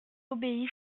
obéit